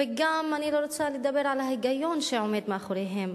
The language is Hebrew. ואני גם לא רוצה לדבר על ההיגיון שעומד מאחוריהם.